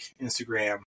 Instagram